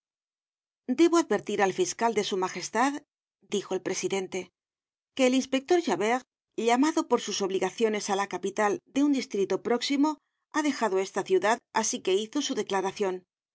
debo advertir al fiscal de s m dijo el presidente que el inspector javert llamado por sus obligaciones á la capital de un distrito próximo ha dejado esta ciudad asi que hizo su declaracion le